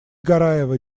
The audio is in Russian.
гараева